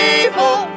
evil